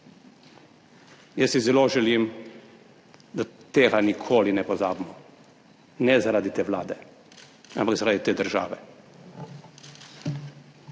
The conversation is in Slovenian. Jaz si zelo želim, da tega nikoli ne pozabimo, ne zaradi te vlade, ampak zaradi te države.